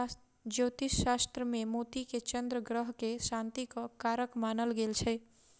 ज्योतिष शास्त्र मे मोती के चन्द्र ग्रह के शांतिक कारक मानल गेल छै